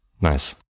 Nice